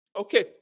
Okay